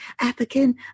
African